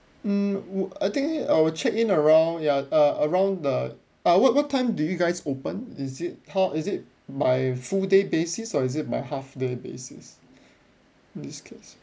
um wh~ I think I will check in around ya uh around the uh what what time do you guys open is it how is it by full day basis or is it by half day basis in this case